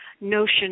notion